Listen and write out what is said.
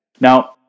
Now